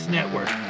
Network